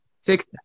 six